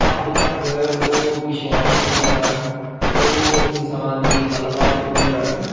हद्द तक्कर ओह् विश्वास पर होंदा ऐ ओह् इन्सान दी गल्ल बात पर होंदा ऐ